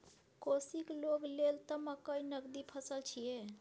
कोशीक लोग लेल त मकई नगदी फसल छियै